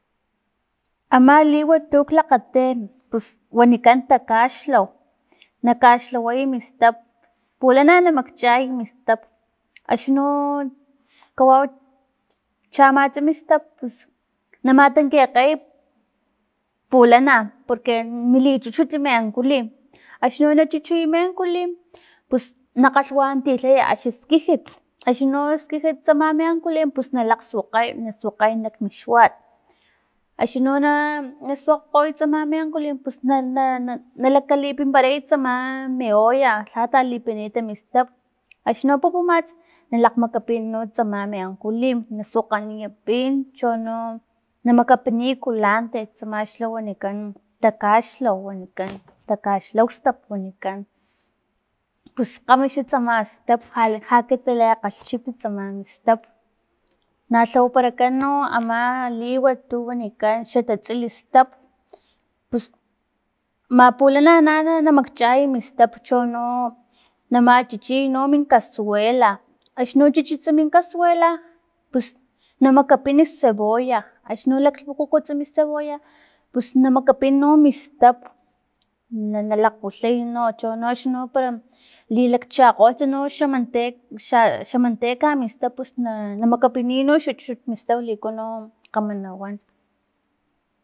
Ama liwat tuk lakgati pus wanikan takaxlaw na kaxlaway mi stap pulana na makchay mi stap axni no kawau chamats mi stap pus na matankikgey pulana porque mili chuchut mi ankulim axni no na chuchuy mi ankulim pus na kgalhwanantilhay axni skijits axni no skijits tsama mi ankulim pus na lakgsuakgay na suakgay kmin xuat axni no na suakgakgoy tsama mi ankulim pus na na lakalimimparay tsama mi olla lha talipint mi stap axni no pupumats na lakgmakapin tsama mi ankulim na suakganiy pin cho no na makapiniy culanti tsama xa wanikan takaxlaw wanikan takaxlaustap wanikan pus kgama xa tsama stap lha katilekgalhchip tsama stap na lhawaparay no ama liwat tu wanikan xa tatsilistap pus ma pulana na makchay mistap chono na machichiy no min kasuela axni no chichinits min casuela na makapin cebolla axni lakgmukukuts mi cebolla pus na makapiniy no mi stap na lakgwilhiya no chono akni pero li lakgchakgolh no xa mante xa manteca mi stap pus na makapiniy no xa chuchut mi stap liku no kgama na wan.